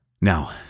Now